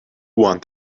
want